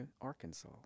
Arkansas